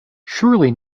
surely